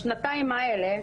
בשנתיים האלה,